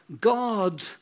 God